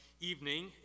evening